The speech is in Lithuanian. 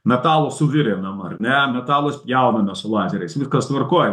metalus suvirinam ar ne metalus pjauname su lazeriais viskas tvarkoj